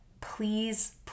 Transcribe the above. please